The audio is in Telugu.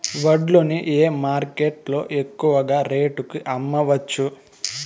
వడ్లు ని ఏ మార్కెట్ లో ఎక్కువగా రేటు కి అమ్మవచ్చు?